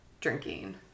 drinking